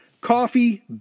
coffee